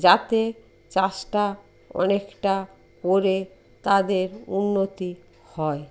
যাতে চাষটা অনেকটা করে তাদের উন্নতি হয়